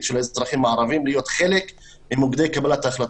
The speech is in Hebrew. של האזרחים הערבים להיות חלק ממוקדי קבלת ההחלטות.